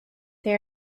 they